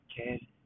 Okay